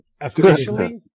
officially